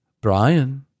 Brian